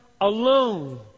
alone